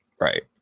Right